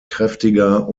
kräftiger